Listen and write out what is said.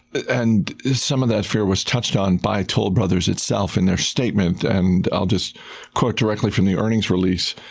and some of that fear was touched on by toll brothers itself in their statement. and i'll just quote directly from the earnings release.